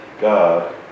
God